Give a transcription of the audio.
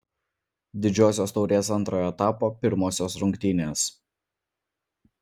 didžiosios taurės antrojo etapo pirmosios rungtynės